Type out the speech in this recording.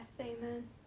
Amen